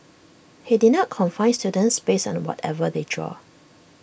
he did not confine students based on whatever they drew